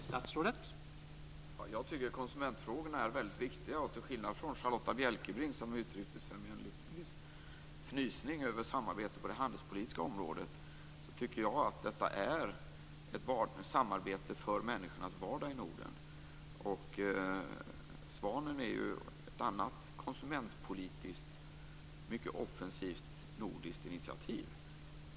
Herr talman! Jag tycker att konsumentfrågorna är väldigt viktiga. Till skillnad från Charlotta Bjälkebring, som uttryckte sig med en fnysning över samarbete på det handelspolitiska området, tycker jag att detta är ett samarbete för människornas vardag i Norden. Svanen är ett mycket offensivt konsumentpolitiskt nordiskt initiativ.